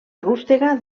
rústega